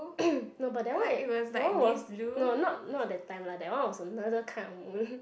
no but that one that one was no not not that time lah that one was another kind of moon